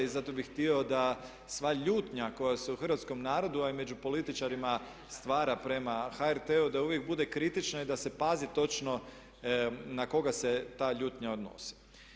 I zato bih htio da sva ljutnja koja se u hrvatskom narodu, a i među političarima stvara prema HRT-u, da uvijek bude kritična i da se pazi točno na koga se ta ljutnja odnosi.